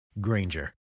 Granger